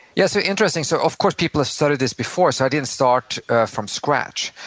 yeah so interesting, so of course people have studied this before, so i didn't start from scratch.